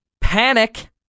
panic